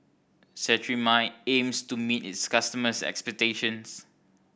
Cetrimide aims to meet its customers' expectations